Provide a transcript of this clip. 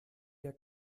der